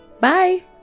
bye